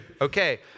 Okay